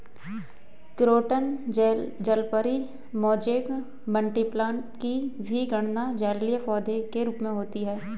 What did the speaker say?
croton जलपरी, mosaic, money plant की भी गणना जलीय पौधे के रूप में होती है